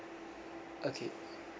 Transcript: okay